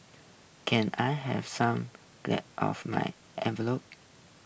can I have some glue of my envelopes